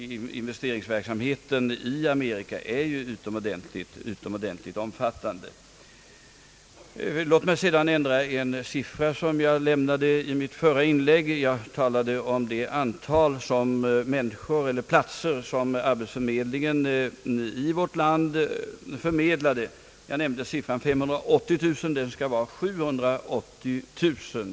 Investeringsverksamheten i Amerika är ju utomordentligt omfattande. Låt mig sedan ändra en siffra som jag anförde i mitt förra inlägg. Jag talade om det antalet platser som arbetsförmedlingen i vårt land förmedlade och nämnde siffran 580 000. Det skall vara 780 000.